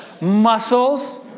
muscles